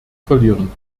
verlieren